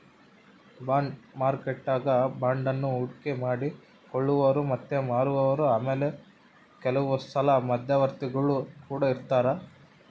bond ಮಾರುಕಟ್ಟೆಗ ಬಾಂಡನ್ನ ಹೂಡಿಕೆ ಮಾಡಿ ಕೊಳ್ಳುವವರು ಮತ್ತೆ ಮಾರುವವರು ಆಮೇಲೆ ಕೆಲವುಸಲ ಮಧ್ಯವರ್ತಿಗುಳು ಕೊಡ ಇರರ್ತರಾ